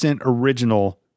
original